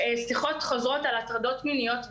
שיחות חוזרות על הטרדות מיניות בצה"ל,